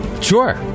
Sure